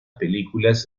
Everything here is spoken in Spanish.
películas